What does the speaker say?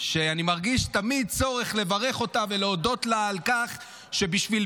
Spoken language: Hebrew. אני מרגיש תמיד צורך לברך אותה ולהודות לה על כך שבשביל